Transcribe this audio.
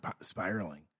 spiraling